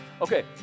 Okay